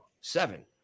seven